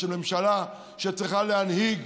ושל ממשלה שצריכה להנהיג,